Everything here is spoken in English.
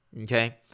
okay